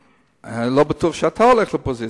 לא בטוח שאתה הולך לאופוזיציה,